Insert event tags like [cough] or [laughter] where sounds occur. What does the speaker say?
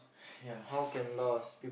[breath] yeah [breath]